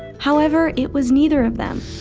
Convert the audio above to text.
however it was neither of them.